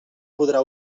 podrà